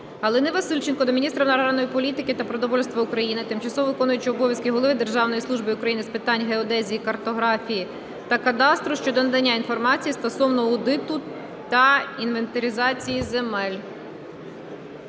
Галини Васильченко до міністра аграрної політики та продовольства України, тимчасово виконуючого обов'язки Голови Державної служби України з питань геодезії, картографії та кадастру щодо надання інформації стосовно аудиту та інвентаризації земель.